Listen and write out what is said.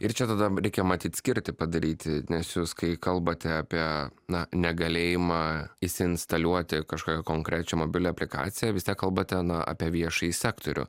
ir čia tada reikia matyt skirti padaryti nes jūs kai kalbate apie na negalėjimą įsiinstaliuoti kažkokią konkrečią mobilią aplikaciją vis tiek kalbate na apie viešąjį sektorių